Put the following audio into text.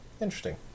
interesting